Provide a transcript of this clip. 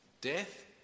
Death